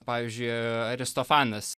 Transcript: pavyzdžiui aristofanas